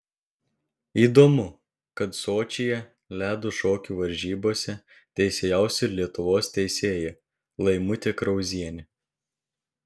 įdomu kad sočyje ledo šokių varžybose teisėjaus ir lietuvos teisėja laimutė krauzienė